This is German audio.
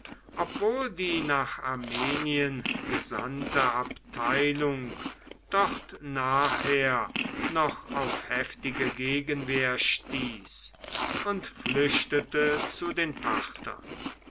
obwohl die nach armenien gesandte abteilung dort nachher noch auf heftige gegenwehr stieß und flüchtete zu den parthern